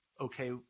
okay